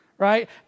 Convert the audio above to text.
right